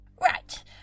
Right